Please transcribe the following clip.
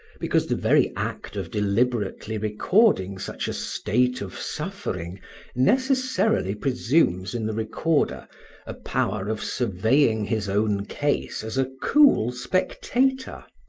because the very act of deliberately recording such a state of suffering necessarily presumes in the recorder a power of surveying his own case as a cool spectator,